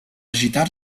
gitar